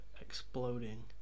exploding